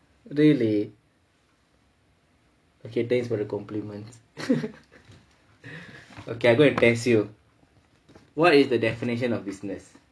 really okay thanks for the compliment okay I go and test you what is the definition of business